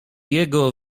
jego